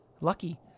Lucky